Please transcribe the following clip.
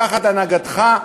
תחת הנהגתך,